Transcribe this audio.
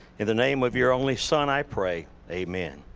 in the name of your only son i pray, amen.